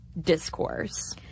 discourse